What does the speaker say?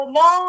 no